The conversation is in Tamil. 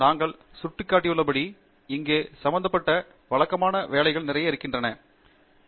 நாங்கள் சுட்டிக்காட்டியுள்ளபடி இங்கே சம்பந்தப்பட்ட வழக்கமான வேலை நிறைய இருக்கிறது இது நீங்கள் பார்க்கக் கூடாது